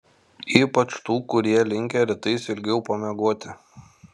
ypač tų kurie linkę rytais ilgiau pamiegoti